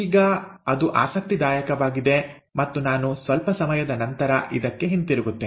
ಈಗ ಅದು ಆಸಕ್ತಿದಾಯಕವಾಗಿದೆ ಮತ್ತು ನಾನು ಸ್ವಲ್ಪ ಸಮಯದ ನಂತರ ಇದಕ್ಕೆ ಹಿಂತಿರುಗುತ್ತೇನೆ